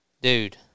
dude